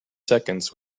seconds